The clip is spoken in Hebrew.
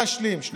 אני רוצה להשלים.